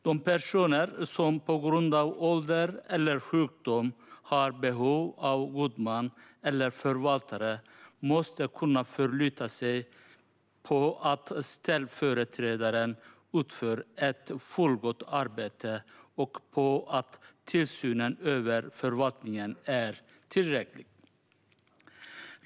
De personer som på grund av ålder eller sjukdom har behov av god man eller förvaltare måste kunna förlita sig på att ställföreträdaren utför ett fullgott arbete och att tillsynen över förvaltningen är tillräcklig.